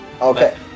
Okay